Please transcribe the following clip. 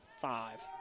five